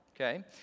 Okay